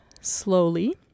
slowly